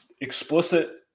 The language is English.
explicit